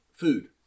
food